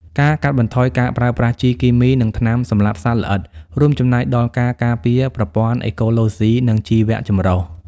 ការកាត់បន្ថយការប្រើប្រាស់ជីគីមី និងថ្នាំសម្លាប់សត្វល្អិត រួមចំណែកដល់ការការពារប្រព័ន្ធអេកូឡូស៊ី និងជីវចម្រុះ។